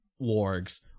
wargs